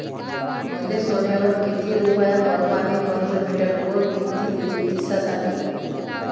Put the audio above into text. मले सोन्यावर किती रुपया परमाने कर्ज भेटन व किती दिसासाठी?